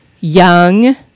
young